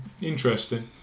Interesting